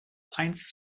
eins